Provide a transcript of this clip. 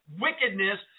wickedness